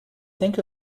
think